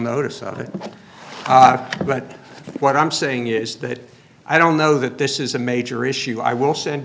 notice of it but what i'm saying is that i don't know that this is a major issue i will send